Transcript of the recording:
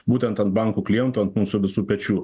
būtent ant bankų klientų ant mūsų visų pečių